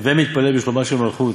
הווי מתפלל בשלומה של מלכות,